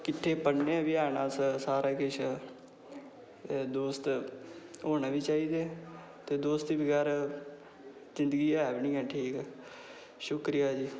किट्ठे पढ़ने बी हैन सारा किश दोस्त होना बी चाहिदे ते दोस्ती बगैरा जिंदगी ऐ बी निं ऐ ठीक शुक्रिया जी